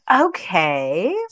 Okay